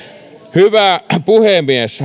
hyvä puhemies